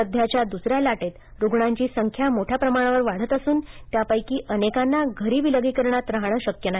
सध्याच्या दुसऱ्या लाटेत रुग्णांची संख्या मोठ्या प्रमाणावर वाढत असून त्यापैकी अनेकांना घरी विलगीकरणात राहणे शक्य नाही